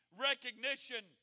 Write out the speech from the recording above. recognition